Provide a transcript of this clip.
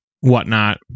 whatnot